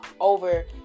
over